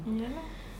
mm ya lah